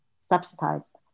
subsidized